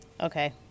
Okay